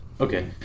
Okay